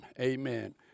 Amen